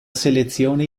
selezione